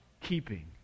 keeping